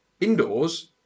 indoors